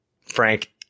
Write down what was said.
Frank